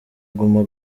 guma